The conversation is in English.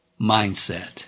Mindset